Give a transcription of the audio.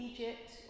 Egypt